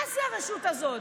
מה זה הרשות הזאת,